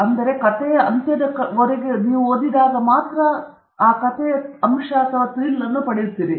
ಆದ್ದರಿಂದ ಕಥೆಯ ಅಂತ್ಯದ ಕಡೆಗೆ ನೀವು ಆ ಮುಖ್ಯವಾದ ಅಂಶವನ್ನು ಪಡೆಯುತ್ತೀರಿ